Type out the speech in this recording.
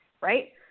Right